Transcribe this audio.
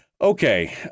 Okay